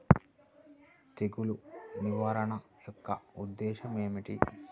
తెగులు నిర్వహణ యొక్క ఉద్దేశం ఏమిటి?